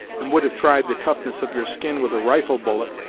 and would have tried the toughness of your skin with a rifle bullet,